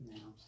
Now